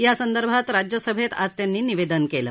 यांसंदर्भात राज्यसभेत आज त्यांनी निवेदन केलं